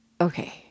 Okay